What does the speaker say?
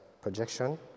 projection